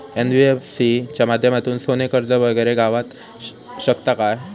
NBFC च्या माध्यमातून सोने कर्ज वगैरे गावात शकता काय?